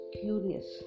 curious